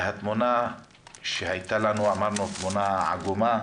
התמונה שהייתה לנו, אמרנו, תמונה עגומה.